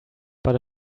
but